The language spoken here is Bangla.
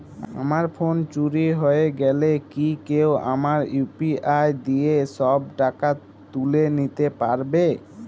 আমার ফোন চুরি হয়ে গেলে কি কেউ আমার ইউ.পি.আই দিয়ে সব টাকা তুলে নিতে পারবে?